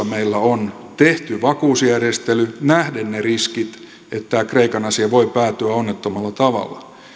meillä on tehty vakuusjärjestely nähden ne riskit että tämä kreikan asia voi päätyä onnettomalla tavalla